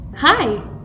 Hi